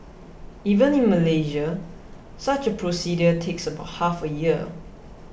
even in Malaysia such a procedure takes about half a year